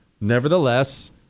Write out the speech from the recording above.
Nevertheless